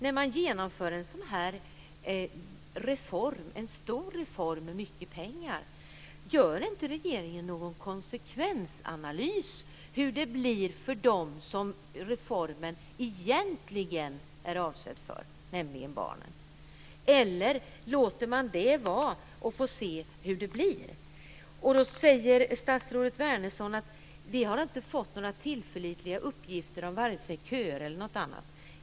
När man genomför en sådan här stor reform som kostar mycket pengar, gör regeringen då inte någon konsekvensanalys av hur det blir för dem som reformen egentligen är avsedd för, nämligen barnen, eller låter man det vara för att sedan se hur det blir? Statsrådet Wärnersson säger att man inte har fått några tillförlitliga uppgifter om vare sig köer eller något annat.